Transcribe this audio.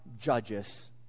judges